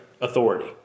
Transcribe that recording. Authority